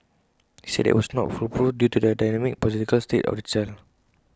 he said that IT was not foolproof due to the dynamic psychological state of the child